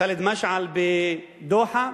ח'אלד משעל, בדוחה,